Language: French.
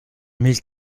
mille